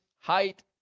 height